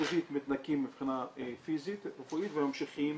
באשפוזית מתנקים מבחינה פיזית-רפואית וממשיכים